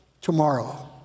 tomorrow